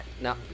No